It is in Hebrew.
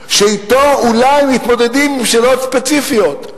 שאתו אולי מתמודדים עם שאלות ספציפיות.